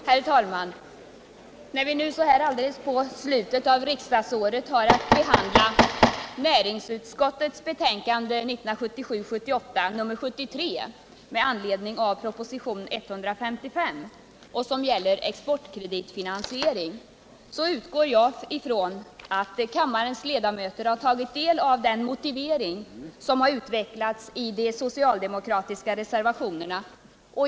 Herr talman! När vi nu alldeles i slutet av riksdagsåret har att behandla näringsutskottets betänkande nr 1977/78:73 med anledning av propositionen 155, som gäller exportkreditfinansieringen, utgår jag från att kammarens ledamöter har tagit del av den motivering som har utvecklats i de socialdemokratiska reservationerna.